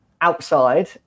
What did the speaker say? outside